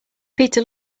peter